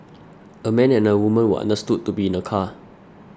a man and a woman were understood to be in the car